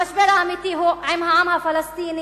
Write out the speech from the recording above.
המשבר האמיתי הוא עם העם הפלסטיני.